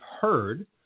heard